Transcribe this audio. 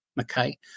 okay